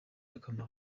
akamaro